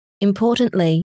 Importantly